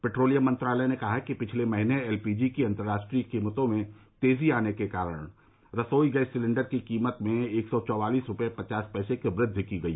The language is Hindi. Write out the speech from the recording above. पेट्रोलियम मंत्रालय ने कहा कि पिछले महीने एल पी जी की अंतर्राष्ट्रीय कीमतों में तेजी आने के कारण रसोई गैस सिलेंडर की कीमत में एक सौ चौवालिस रूपये पचास पैसे की वृद्धि की गई